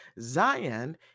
Zion